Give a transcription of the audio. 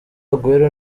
aguero